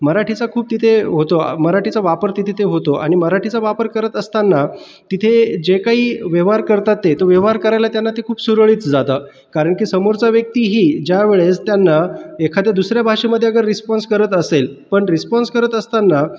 मराठीचा खूप तिथे होतो मराठीचा वापर ते तिथे होतो आणी मराठीचा वापर करत असताना तिथे जे काही व्यवहार करतात ते तो व्यवहार करायला त्यांना ते खुप सुरळीत जातं कारण की समोरचा व्यक्ती ही ज्यावेळस त्यांना एखाद्या दुसऱ्या भाषेमध्ये अगर रिस्पॉन्स करत असेल पण रिस्पॉन्स करत असताना